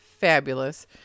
fabulous